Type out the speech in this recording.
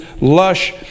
lush